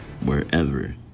wherever